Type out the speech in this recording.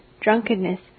drunkenness